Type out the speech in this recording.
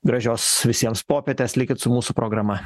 gražios visiems popietės likit su mūsų programa